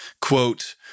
quote